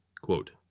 quote